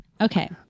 okay